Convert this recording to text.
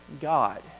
God